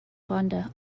vonda